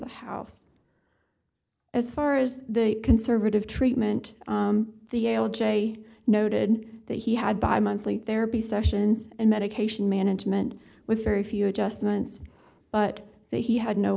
the house as far as the conservative treatment the j noted that he had by monthly therapy sessions and medication management with very few adjustments but that he had no